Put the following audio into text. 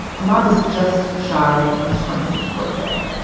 imod was just shy of his twenty sixth birthday.